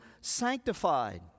sanctified